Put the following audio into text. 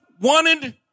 wanted